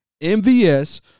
MVS